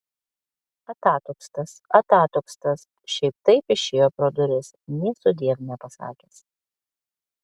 atatupstas atatupstas šiaip taip išėjo pro duris nė sudiev nepasakęs